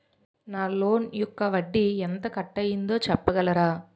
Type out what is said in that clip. నా లోన్ యెక్క వడ్డీ ఎంత కట్ అయిందో చెప్పగలరా?